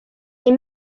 les